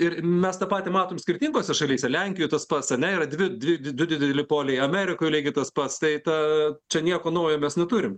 ir mes tą patį matom skirtingose šalyse lenkijoj tas pats ane yra dvi dvi du dideli poliai amerikoje lygiai tas pats tai ta čia nieko naujo mes neturim